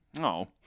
no